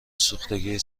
سوختگی